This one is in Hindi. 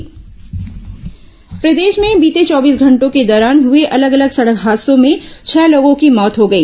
दूर्घटना प्रदेश में बीते चौबीस घंटों के दौरान हुए अलग अलग सड़क हादसों में छह लोगों की मौत हो गई